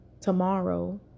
tomorrow